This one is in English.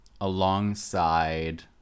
alongside